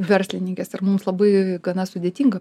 verslininkes ir mums labai gana sudėtinga